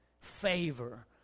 favor